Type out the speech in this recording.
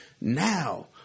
Now